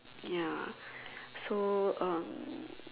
ya so um